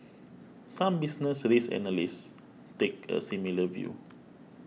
some business risk analysts take a similar view